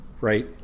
Right